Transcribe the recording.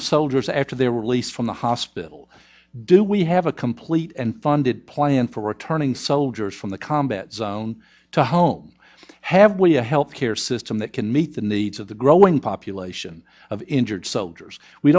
of soldiers after they were released from the hospital do we have a complete and funded plan for returning soldiers from the combat zone to home have we a health care system that can meet the needs of the growing population of injured soldiers we